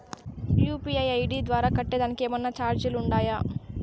UPI ID ద్వారా కట్టేదానికి ఏమన్నా చార్జీలు ఉండాయా?